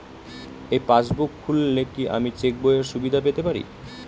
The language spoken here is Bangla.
এই পাসবুক খুললে কি আমি চেকবইয়ের সুবিধা পেতে পারি?